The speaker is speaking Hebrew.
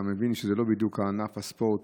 אתה מבין שזה לא בדיוק ענף הספורט